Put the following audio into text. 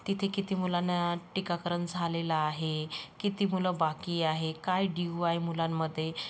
तिथे किती मुलांना टीकाकरण झालेलं आहे किती मुलं बाकी आहे काय ड्यू आहे मुलांमध्ये